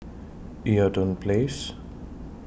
Eaton Place